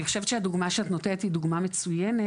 אני חושבת שהדוגמה שאת נותנת היא דוגמה מצוינת